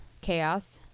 chaos